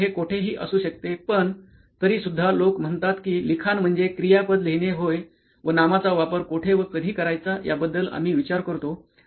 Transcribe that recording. म्हणून हे कोठेही असू शकते पण तरीसुद्धा लोक म्हणतात कि लिखाण म्हणजे क्रियापद लिहणे होय व नामाचा वापर कोठे व कधी करायचा याबद्दल आम्ही विचार करतो